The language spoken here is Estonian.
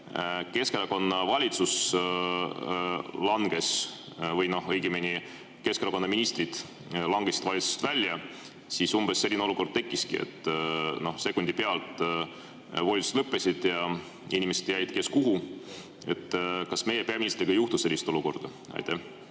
Keskerakonna valitsus langes või õigemini Keskerakonna ministrid langesid valitsusest välja, siis umbes selline olukord tekkiski. Sekundi pealt volitused lõppesid ja inimesed jäid kes kuhu. Kas meie peaministri puhul ei teki sellist olukorda? Aitäh!